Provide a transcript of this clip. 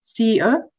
CEO